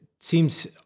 seems